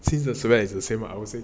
since the is the same lah I would say